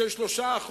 של 3%,